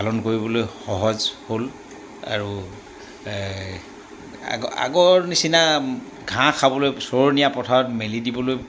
পালন কৰিবলৈ সহজ হ'ল আৰু আগৰ নিচিনা ঘাঁহ খাবলৈ চৰণীয়া পথাৰত মেলি দিবলৈ